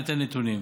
אני אתן נתונים.